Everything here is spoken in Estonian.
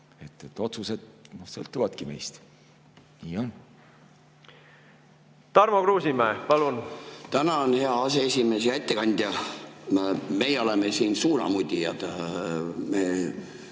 Otsused sõltuvadki meist. Nii on. Tarmo Kruusimäe, palun! Tänan, hea aseesimees! Hea ettekandja! Meie oleme siin suunamudijad.